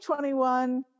2021